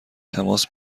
تماس